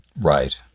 Right